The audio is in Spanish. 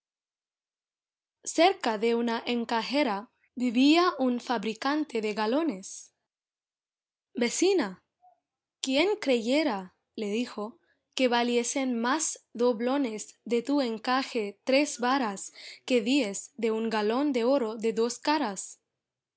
cerca de una encajera vivía un fabricante de galones vecina quién creyera le dijo que valiesen más doblones de tu encaje tres varas que diez de un galón de oro de dos caras